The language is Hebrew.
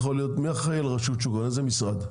מי אחראי על רשות שוק ההון, איזה משרד?